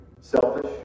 selfish